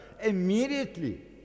immediately